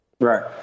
Right